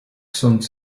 songs